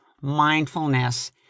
mindfulness